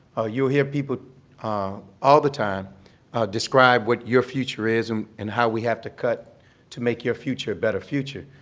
you will hear people all the time describe what your future is um and how we have to cut to make your future a better future.